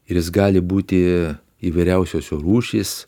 ir jis gali būti įvairiausios jo rūšys